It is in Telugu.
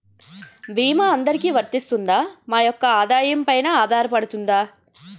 భీమా అందరికీ వరిస్తుందా? మా యెక్క ఆదాయం పెన ఆధారపడుతుందా?